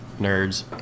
nerds